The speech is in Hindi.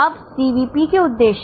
अब सीवीपी के उद्देश्य